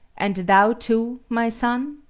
and thou, too, my son!